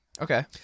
Okay